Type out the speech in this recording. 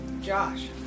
Josh